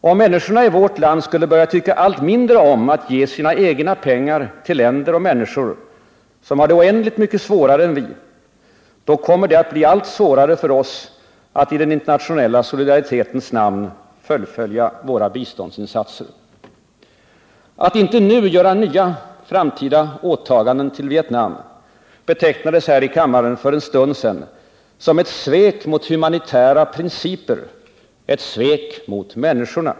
Om människorna i vårt land skulle börja tycka allt mindre om att ge sina pengar till länder och människor som har det oändligt svårare än vi, då kommer det att bli allt svårare för oss att i den internationella solidaritetens namn fullfölja "våra biståndsinsatser. Att inte nu göra nya åtaganden i Vietnam betecknades för en stund sedan här i kammaren som ett svek mot humanitära principer, som ett svek mot människorna.